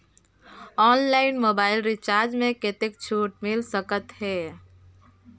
Online mobile recharge मे कतेक छूट मिल सकत हे?